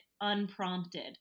unprompted